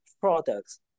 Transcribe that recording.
products